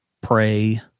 pray